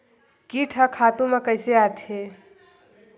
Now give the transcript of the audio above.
कीट ह खातु म कइसे आथे?